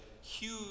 huge